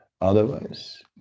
Otherwise